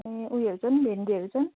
ए ऊ योहरू चाहिँ त भिन्डीहरू चाहिँ